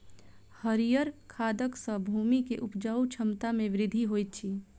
हरीयर खाद सॅ भूमि के उपजाऊ क्षमता में वृद्धि होइत अछि